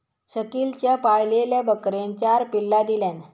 शकिलच्या पाळलेल्या बकरेन चार पिल्ला दिल्यान